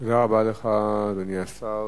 תודה רבה לך, אדוני השר.